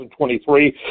2023